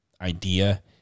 idea